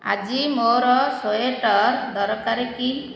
ଆଜି ମୋର ସ୍ୱେଟର ଦରକାର କି